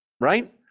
Right